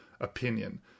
opinion